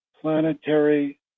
planetary